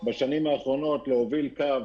בשנים האחרונות להוביל קו